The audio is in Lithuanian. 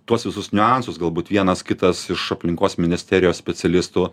tuos visus niuansus galbūt vienas kitas iš aplinkos ministerijos specialistų